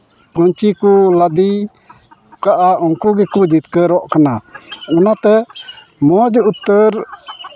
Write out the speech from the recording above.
ᱯᱟᱹᱧᱪᱤ ᱠᱚ ᱞᱟᱸᱫᱮ ᱠᱟᱜᱼᱟ ᱩᱱᱠᱩ ᱜᱮᱠᱚ ᱡᱤᱛᱠᱟᱹᱨᱚᱜ ᱠᱟᱱᱟ ᱚᱱᱟᱛᱮ ᱢᱚᱡᱽ ᱩᱛᱟᱹᱨ